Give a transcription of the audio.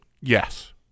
Yes